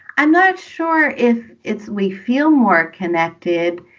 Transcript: i'm not sure if it's we feel more connected.